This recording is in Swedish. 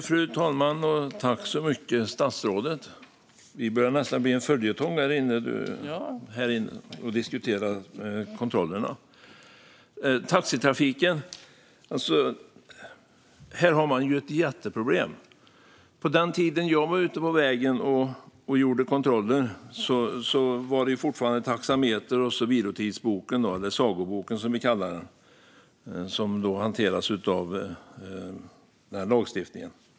Fru talman! Jag tackar statsrådet så mycket. Vi börjar nästan bli en följetong här inne när vi diskuterar kontrollerna. Vad gäller taxitrafiken har man ett jätteproblem. På den tiden då jag var ute på vägen och gjorde kontroller var det fortfarande taxameter och vilotidsboken - eller sagoboken, som vi kallade den - som hanterades av denna lagstiftning.